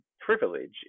privilege